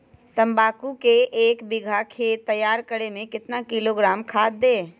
तम्बाकू के एक बीघा खेत तैयार करें मे कितना किलोग्राम खाद दे?